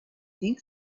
think